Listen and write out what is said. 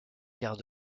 gare